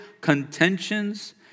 contentions